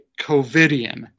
covidian